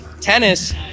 Tennis